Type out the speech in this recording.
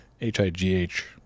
H-I-G-H